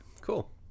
cool